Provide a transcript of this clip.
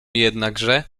jednakże